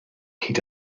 hyd